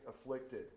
afflicted